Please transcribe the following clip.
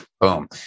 boom